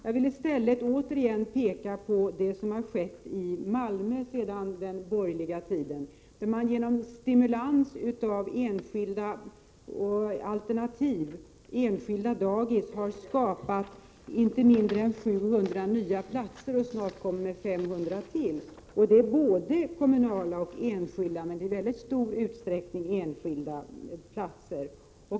Jag vill återigen peka på det som har skett i Malmö under den borgerliga tiden, där man genom stimulans av alternativ, som enskilda dagis, har skapat inte mindre än 700 nya platser och snart ytterligare 500. Det är kommunala platser men i stor utsträckning också enskilda platser.